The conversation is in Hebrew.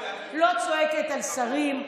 לא צועקת על שרים,